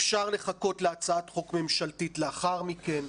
אפשר לחכות להצעת חוק ממשלתית לאחר מכן,